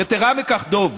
יתרה מכך, דב,